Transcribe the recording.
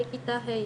מכיתה ה'.